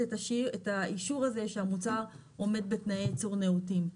את האישור הזה שהמוצר עומד בתנאי ייצור נאותים.